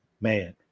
man